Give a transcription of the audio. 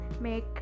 make